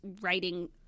writing